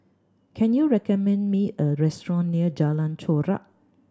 can you recommend me a restaurant near Jalan Chorak